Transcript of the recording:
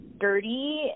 dirty